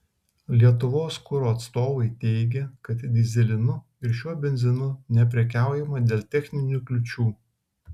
lietuvos kuro atstovai teigė kad dyzelinu ir šiuo benzinu neprekiaujama dėl techninių kliūčių